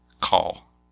call